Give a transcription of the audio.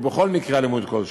ובכל מקרה אלימות כלשהו,